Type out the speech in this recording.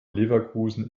leverkusen